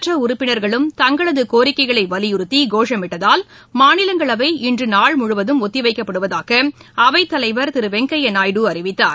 மற்ற உறுப்பினர்களும் தங்களது கோரிக்கைகளை வலியுறுத்தி கோஷமிட்டதால் மாநிலங்களவை இன்று நாள் முழுவதும் ஒத்திவைக்கப்படுவதாக அவைத்தலைவர் திரு வெங்கையா நாயுடு அறிவித்தார்